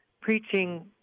preaching